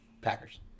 Packers